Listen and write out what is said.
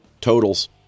totals